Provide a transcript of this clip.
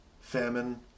Famine